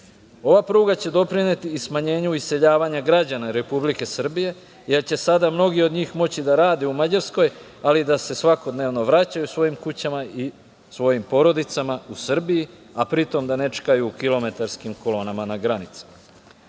pruga će doprineti i smanjenju iseljavanja građana Republike Srbije, jer će sada mnogi od njih moći da rade u Mađarskoj, ali i da se svakodnevno vraćaju svojim kućama i svojim porodicama u Srbiji, a pri tom da ne čekaju u kilometarskim kolonama na